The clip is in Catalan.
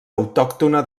autòctona